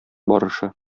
барышы